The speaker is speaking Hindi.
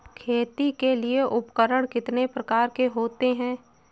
खेती के लिए उपकरण कितने प्रकार के होते हैं?